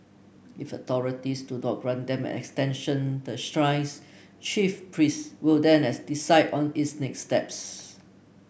if authorities do not grant them an extension the shrine's chief priest will then as decide on its next steps